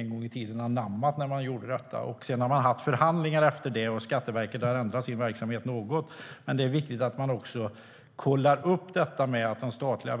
Efter det har det varit förhandlingar, och Skatteverket har ändrat sin verksamhet något. Men det är viktigt att kolla upp att de statliga